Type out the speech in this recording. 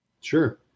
Sure